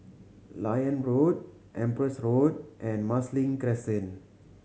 Liane Road Empress Road and Marsiling Crescent